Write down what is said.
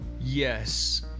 yes